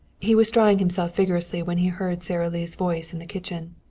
he was drying himself vigorously when he heard sara lee's voice in the kitchen.